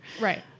right